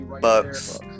Bucks